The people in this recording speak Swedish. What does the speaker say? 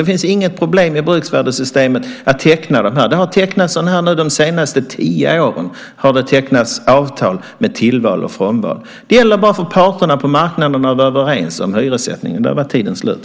Det är inget problem i bruksvärdessystemet att teckna sådana avtal. Under de senaste tio åren har det tecknats avtal med tillval och frånval. Det gäller bara att få parterna på marknaden att vara överens om hyressättningen. Där var tiden slut.